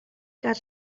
got